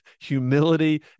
humility